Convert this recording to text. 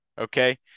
okay